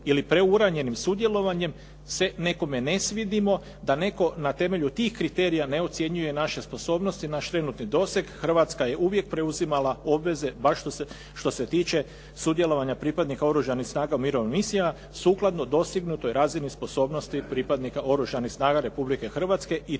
ili preuranjenim sudjelovanjem se nekome ne svidimo, da netko na temelju tih kriterija ne ocjenjuje naše sposobnosti, naš trenutni doseg, Hrvatska je uvijek preuzimala obveze baš što se tiče sudjelovanja pripadnika Oružanih snaga u mirovnim misijama sukladno dostignutoj razini sposobnosti pripadnika Oružanih snaga Republike Hrvatske i